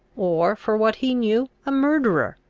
or, for what he knew, a murderer.